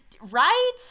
Right